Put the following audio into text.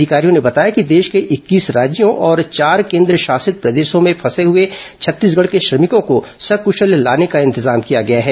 अधिकारियों ने बताया कि देश के इक्कीस राज्यों और चार केंद्रशासित प्रदेशों में फंसे हुए छत्तीसगढ़ के श्रभिकों को सक्शल लाने का इंतजाम किया गया है